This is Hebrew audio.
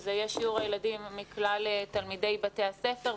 שזה יהיה שיעור הילדים מכלל תלמידי בתי הספר,